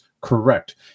correct